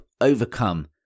overcome